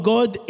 God